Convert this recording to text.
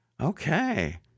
Okay